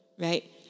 right